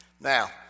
Now